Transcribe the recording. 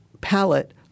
palette